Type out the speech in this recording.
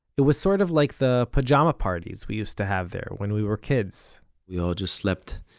it was sort of like the pajama parties we used to have there when we were kids we all just slept